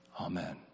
Amen